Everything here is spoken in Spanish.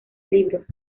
libros